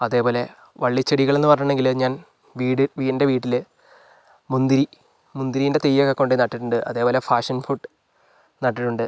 അതേപോലെ വള്ളിച്ചെടികള് എന്നുപറഞ്ഞിട്ടുണ്ടെങ്കില് ഞാൻ വീട് എൻ്റെ വീട്ടില് മുന്തിരി മുന്തിരിൻ്റെ തൈയ്യൊക്കെ കൊണ്ടുപോയി നട്ടിട്ടുണ്ട് അതേപോലെ ഫാഷൻ ഫ്രൂട്ട് നട്ടിട്ടുണ്ട്